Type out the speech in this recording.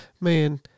Man